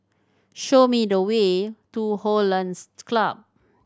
show me the way to Hollandse Club